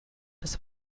des